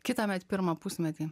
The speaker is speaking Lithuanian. kitąmet pirmą pusmetį